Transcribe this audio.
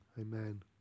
Amen